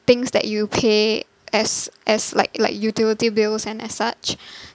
things that you pay as as like like utility bills and as such